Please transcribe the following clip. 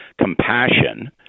compassion